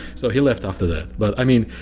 so he left after that. but i mean,